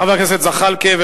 חבר הכנסת ג'מאל זחאלקה,